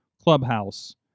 Clubhouse